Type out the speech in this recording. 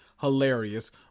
hilarious